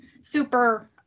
super